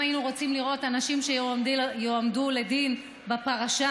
אם היינו רוצים לראות אנשים שיועמדו לדין בפרשה,